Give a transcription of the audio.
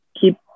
keep